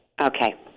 Okay